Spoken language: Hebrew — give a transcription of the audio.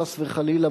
חס וחלילה,